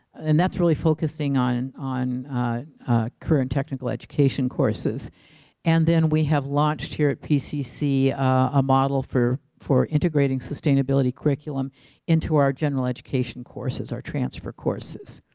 and that's really focusing on on current technical education course and then we have launched here at pcc a model for for integrating sustainability curriculum into our general education courses, our transfer courses.